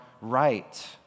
right